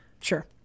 sure